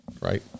right